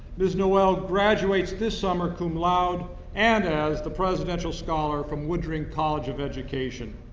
ms. noel graduates this summer cum laude and as the presidential scholar from woodring college of education.